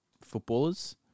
footballers